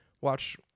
watch